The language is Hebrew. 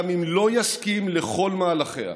גם אם לא יסכים לכל מהלכיה.